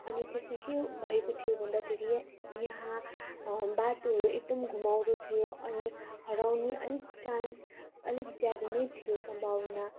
अनि त्यसमा के भएको थियो भन्दाखेरि यहाँ बाटो एकदम घुमाउरो थियो अनि हराउने अलिक चान्स अलिक ज्यादा नै थियो सम्भावना